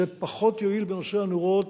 זה פחות יועיל בנושא הנורות